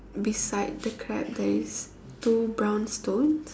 beside the crab there is two brown stones